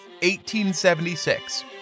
1876